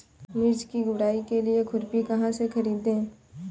मिर्च की गुड़ाई के लिए खुरपी कहाँ से ख़रीदे?